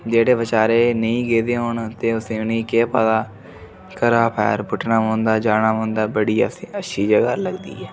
जेह्ड़े बेचारे नेईं गेदे होन ते अस उनेंगी केह् पता घरै दा पैर पुट्टना पौंदा जाना पौंदा बड़ी अच्छी अच्छी जगह् लगदी ऐ